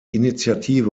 initiative